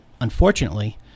unfortunately